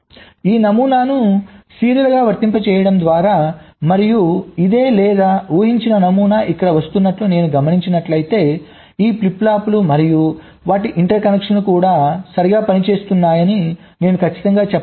ఈ నమూనాను సీరియల్గా వర్తింపజేయడం ద్వారా మరియు ఇదే లేదా ఊహించిన నమూనా ఇక్కడ వస్తున్నట్లు నేను గమనించినట్లయితే ఈ ఫ్లిప్ ఫ్లాప్లు మరియు వాటి ఇంటర్కనెక్షన్లు కూడా సరిగ్గా పనిచేస్తున్నాయని నేను ఖచ్చితంగా చెప్పగలను